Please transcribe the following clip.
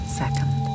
second